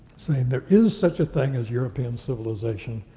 saying, there is such a thing as european civilization,